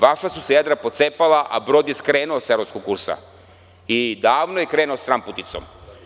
Vaša su se jedra pocepala a brod je skrenuo sa evropskog kursa i davno je krenuo stramputicom.